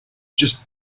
just